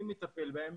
מי מטפל בהם?